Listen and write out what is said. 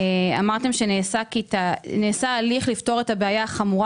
אמרתם שנעשה הליך לפתור את הבעיה החמורה